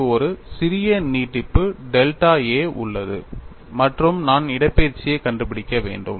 எனக்கு ஒரு சிறிய நீட்டிப்பு டெல்டா a உள்ளது மற்றும் நான் இடப்பெயர்ச்சியைக் கண்டுபிடிக்க வேண்டும்